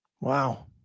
Wow